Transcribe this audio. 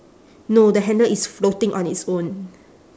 no the handle is floating on its own